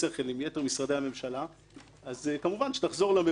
יתר משרדי הממשלה - כמובן שתחזור לממונה,